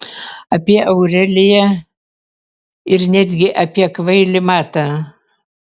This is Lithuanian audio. apie aureliją ir netgi apie kvailį matą